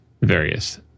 various